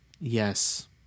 yes